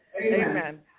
Amen